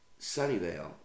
Sunnyvale